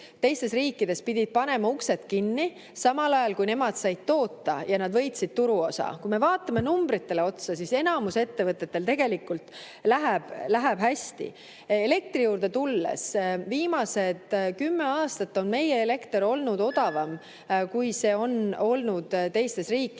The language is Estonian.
teistes riikides pidid panema uksed kinni, samal ajal kui nemad said toota – ja nad võitsid turuosa. Kui me vaatame numbritele otsa, siis enamikul ettevõtetel tegelikult läheb hästi. Elektri juurde tulles, viimased kümme aastat on meie elekter olnud odavam, kui see on olnud teistes riikides.